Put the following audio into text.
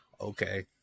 Okay